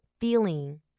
feeling